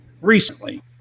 recently